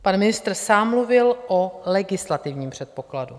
Pan ministr sám mluvil o legislativním předpokladu.